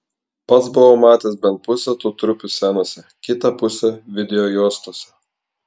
pats buvau matęs bent pusę tų trupių scenose kitą pusę videojuostose